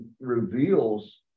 reveals